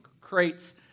crates